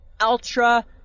Ultra